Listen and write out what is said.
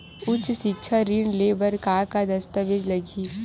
उच्च सिक्छा ऋण ले बर का का दस्तावेज लगही?